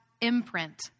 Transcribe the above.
imprint